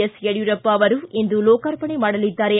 S Yediyurappa ಅವರು ಇಂದು ಲೋಕಾರ್ಪಣೆ ಮಾಡಲಿದ್ದಾರೆ